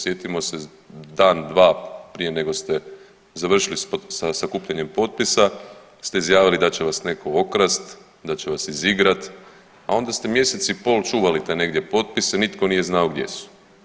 Sjetimo se dan, dva prije nego ste završili sa sakupljanjem potpisa ste izjavili da će vas netko okrasti, da će vas izigrati, a onda ste mjesec i pol čuvali te negdje potpise, nitko nije znao gdje su.